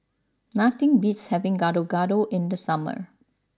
nothing beats having Gado Gado in the summer